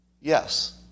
Yes